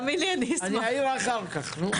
אני אעיר אחר כך, נו.